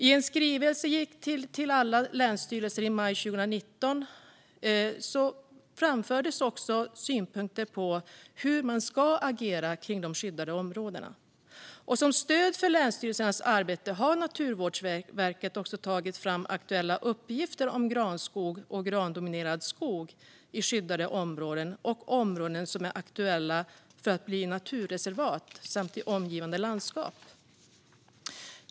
I en skrivelse till alla länsstyrelser i maj 2019 framfördes också synpunkter på hur man ska agera i de skyddade områdena. Som stöd för länsstyrelsernas arbete har Naturvårdsverket tagit fram aktuella uppgifter om granskog och grandominerad skog i skyddade områden och områden som är aktuella för att bli naturreservat samt i omgivande landskap.